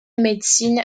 médecine